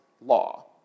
law